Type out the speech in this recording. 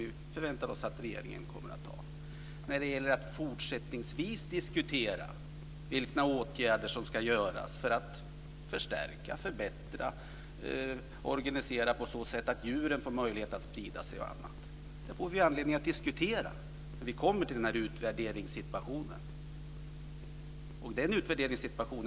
Vi förväntar oss att regeringen kommer att besluta om detta. Vilka åtgärder som fortsättningsvis ska vidtas för att förstärka, förbättra och organisera viltvården på så sätt att djuren får möjligheter att sprida sig osv. får vi anledning att diskutera när vi kommer fram till en utvärderingssituation.